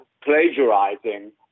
plagiarizing